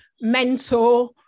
mentor